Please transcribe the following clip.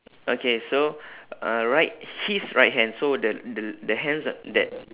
okay so uh right his right hand so the the the hands are that